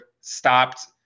stopped